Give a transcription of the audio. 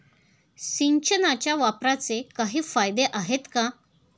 सिंचनाच्या वापराचे काही फायदे आहेत का?